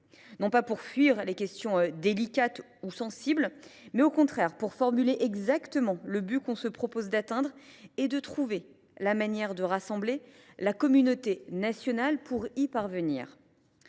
non pas pour fuir les questions délicates ou sensibles, mais au contraire pour formuler exactement le but que l’on se propose d’atteindre et trouver la manière de rassembler la communauté nationale pour y parvenir.